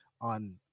on